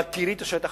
בהכירי את השטח,